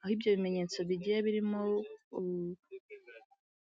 aho ibyo bimenyetso bigiye birimo.